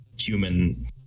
human